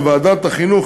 בוועדת החינוך,